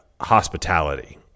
hospitality